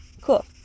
Cool